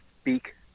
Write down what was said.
speak